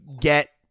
get